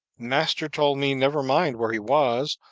master told me never mind where he was,